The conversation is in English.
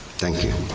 thank you,